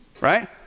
right